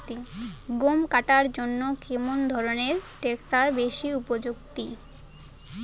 গম কাটার জন্য কোন ধরণের ট্রাক্টর বেশি উপযোগী?